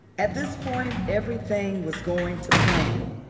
at this point everything was going to plan.